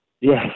Yes